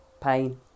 pain